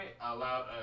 allowed